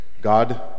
God